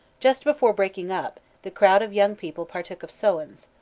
just before breaking up, the crowd of young people partook of sowens,